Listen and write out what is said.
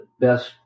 best